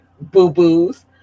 boo-boos